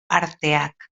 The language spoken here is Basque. arteak